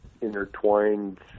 intertwined